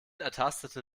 ertastete